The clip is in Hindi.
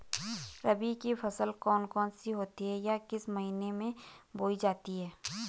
रबी की फसल कौन कौन सी होती हैं या किस महीने में बोई जाती हैं?